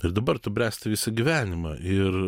ir dabar tu bręsti visą gyvenimą ir